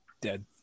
dead